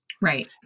Right